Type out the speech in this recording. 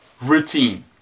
routine